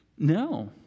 No